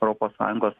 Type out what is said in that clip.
europos sąjungos